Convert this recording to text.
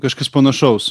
kažkas panašaus